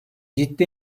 ciddi